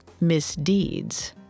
misdeeds